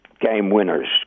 game-winners